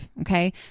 Okay